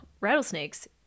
rattlesnakes